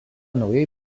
naujai